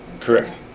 Correct